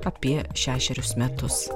apie šešerius metus